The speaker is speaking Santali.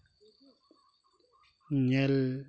ᱧᱮᱞ